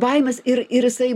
baimės ir ir jisai